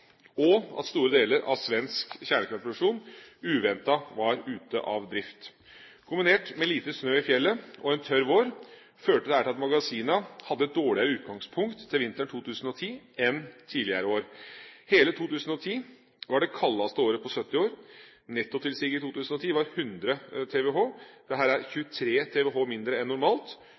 og at store deler av svensk kjernekraftproduksjon uventet var ute av drift. Kombinert med lite snø i fjellet og en tørr vår førte dette til at magasinene hadde et dårligere utgangspunkt for vinteren 2010 enn tidligere år. Hele 2010 var det kaldeste året på 70 år. Nettotilsiget i 2010 var på 100 TWh. Dette er 23 TWh mindre enn normalt.